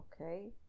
okay